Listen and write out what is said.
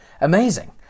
amazing